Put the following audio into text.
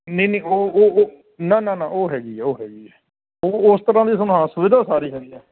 ਨਹੀਂ ਨਹੀਂ ਉਹ ਉਹ ਉਹ ਨਾ ਨਾ ਨਾ ਉਹ ਹੈਗੀ ਉਹ ਹੈਗੀ ਉਹ ਉਸ ਤਰ੍ਹਾਂ ਦੀ ਸਮਾ ਸੁਵਿਧਾ ਸਾਰੀ ਹੈਗੀ ਆ